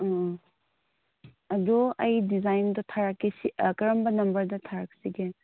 ꯑꯪ ꯑꯪ ꯑꯗꯣ ꯑꯩ ꯗꯤꯖꯥꯏꯟꯗꯣ ꯊꯥꯔꯛꯀꯦ ꯁꯤ ꯀꯔꯝꯕ ꯅꯝꯕꯔꯗ ꯊꯥꯔꯛꯁꯤꯒꯦ